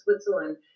Switzerland